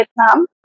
Vietnam